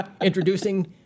Introducing